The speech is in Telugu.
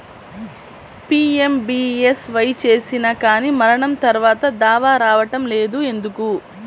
పీ.ఎం.బీ.ఎస్.వై చేసినా కానీ మరణం తర్వాత దావా రావటం లేదు ఎందుకు?